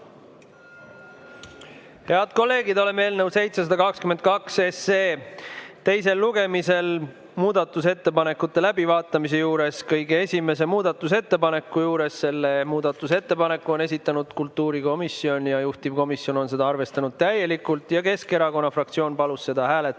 Head kolleegid! Oleme eelnõu 722 teisel lugemisel muudatusettepanekute läbivaatamise juures ja kõige esimese muudatusettepaneku juures. Selle muudatusettepaneku on esitanud kultuurikomisjon ja juhtivkomisjon on arvestanud täielikult. [Eesti] Keskerakonna fraktsioon palub seda hääletada.